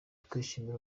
twishimiye